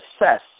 assess